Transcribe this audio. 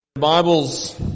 Bibles